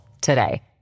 today